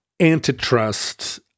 antitrust